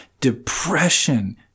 depression